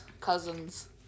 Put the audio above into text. cousins